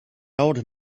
old